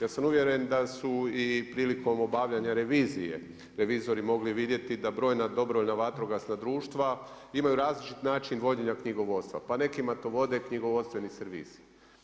Ja sam uvjeren da su i prilikom obavljanja revizije revizori mogli vidjeti da brojna dobrovoljna vatrogasna društva imaju različit način vođenja knjigovodstva, pa nekima to vode knjigovodstveni servisi.